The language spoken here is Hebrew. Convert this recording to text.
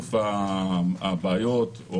לצוף הבעיות או